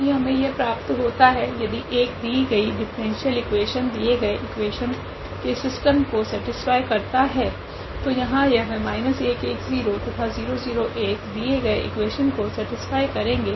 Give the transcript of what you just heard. की हमे यह प्राप्त होता है यदि 1 दी गई डिफ़्रेंटियल इक्वेशन दिये गई इक्वेशन के सिस्टम को सेटीस्फ़ाय करता है तो यहाँ यह तथा दिये गए इक्वेशन को सेटीस्फ़ाय करेगे